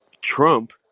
Trump